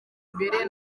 imbere